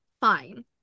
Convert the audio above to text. fine